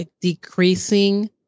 decreasing